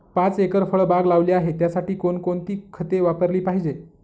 पाच एकर फळबाग लावली आहे, त्यासाठी कोणकोणती खते वापरली पाहिजे?